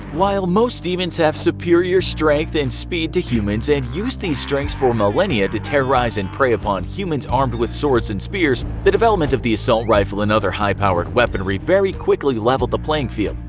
while most demons have superior strength and speed to humans, and used these strengths for millenia to terrorize and prey upon humans armed with swords and spears, the development of the assault rifle and other high-powered weaponry very quickly leveled the playing field.